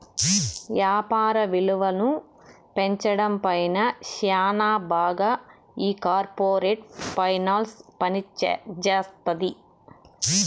యాపార విలువను పెంచడం పైన శ్యానా బాగా ఈ కార్పోరేట్ ఫైనాన్స్ పనిజేత్తది